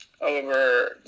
over